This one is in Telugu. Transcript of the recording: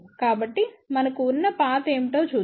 కాబట్టి మనకు ఉన్న పాత్ ఏమిటో చూద్దాం